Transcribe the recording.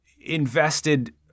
invested